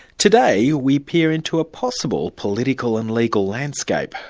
today we peer into a possible political and legal landscape,